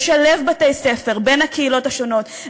לשלב בבתי-ספר מהקהילות השונות,